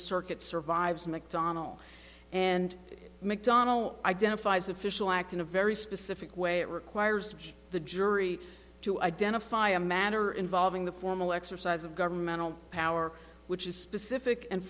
circuit survives mcdonnell and mcdonnell identifies official act in a very specific way it requires the jury to identify a matter involving the formal exercise of governmental power which is specific and